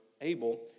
able